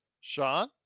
Sean